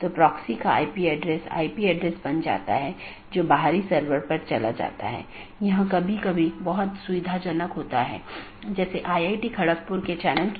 और फिर दूसरा एक जीवित है जो यह कहता है कि सहकर्मी उपलब्ध हैं या नहीं यह निर्धारित करने के लिए कि क्या हमारे पास वे सब चीजें हैं